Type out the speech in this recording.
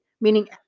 Meaning